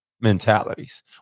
mentalities